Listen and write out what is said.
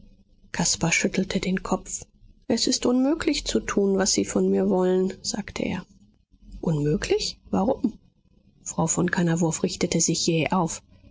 caspar schüttelte den kopf es ist unmöglich zu tun was sie von mir wollen sagte er unmöglich warum frau von kannawurf richtete sich jäh auf